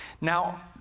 Now